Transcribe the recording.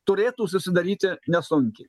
turėtų susidaryti nesunkiai